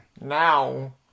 now